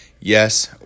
Yes